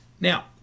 Now